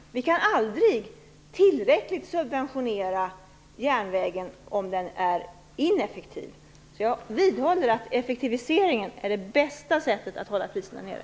Vi kan aldrig subventionera järnvägen tillräckligt om den är ineffektiv. Jag vidhåller att effektiviseringen är det bästa sättet att hålla priserna nere.